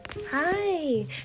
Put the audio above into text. Hi